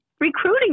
recruiting